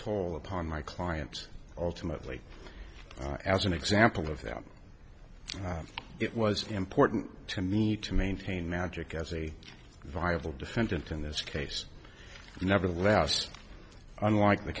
toll upon my clients ultimately as an example of that it was important to me to maintain magic as a viable defendant in this case nevertheless unlike the